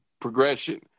Progression